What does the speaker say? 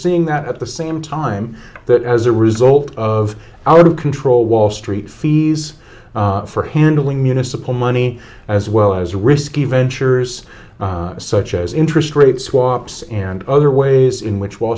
seeing that at the same time that as a result of out of control wall street fees for handling municipal money as well as risky ventures such as interest rate swaps and other ways in which wall